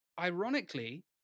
ironically